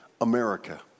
America